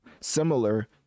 similar